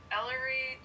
Ellery